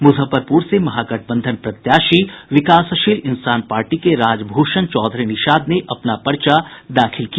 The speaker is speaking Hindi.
मुजफ्फरपुर से महागठबंधन प्रत्याशी विकासशील इंसान पार्टी के राजभूषण चौधरी निषाद ने अपना पर्चा दाखिल किया